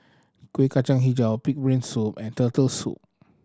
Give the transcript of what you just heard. Kueh Kacang Hijau pig brain soup and Turtle Soup